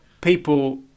people